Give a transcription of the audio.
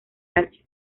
asia